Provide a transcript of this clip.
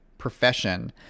Profession